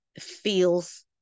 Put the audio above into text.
feels